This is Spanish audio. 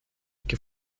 que